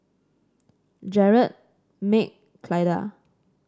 Jared Meg Clyda